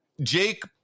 Jake